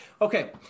Okay